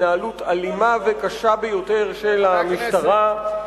התנהלות אלימה וקשה ביותר של המשטרה.